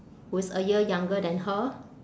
who is a year younger than her